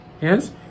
Yes